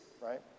right